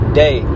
day